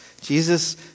Jesus